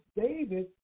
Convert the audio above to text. David